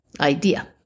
idea